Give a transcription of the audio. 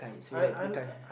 so you like to be